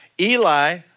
Eli